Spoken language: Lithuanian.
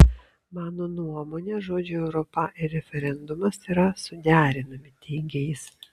mano nuomone žodžiai europa ir referendumas yra suderinami teigė jis